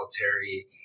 military